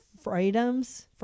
freedoms